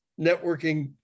networking